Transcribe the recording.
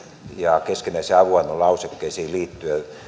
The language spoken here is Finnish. ja keskinäisen avun annon lausekkeisiin liittyen